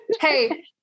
Hey